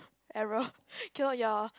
error cannot ya